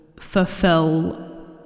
fulfill